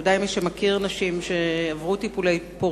מי שמכיר נשים כאלה,